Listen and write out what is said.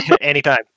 anytime